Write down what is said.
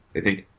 i think,